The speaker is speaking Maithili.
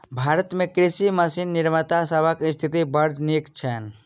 भारत मे कृषि मशीन निर्माता सभक स्थिति बड़ नीक छैन